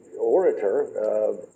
orator